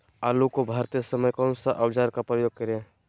आलू को भरते समय कौन सा औजार का प्रयोग करें?